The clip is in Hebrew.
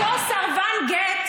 אותו סרבן גט,